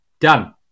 Done